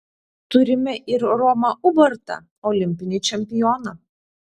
turime ir romą ubartą olimpinį čempioną